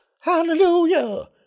Hallelujah